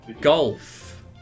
Golf